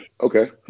Okay